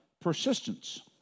persistence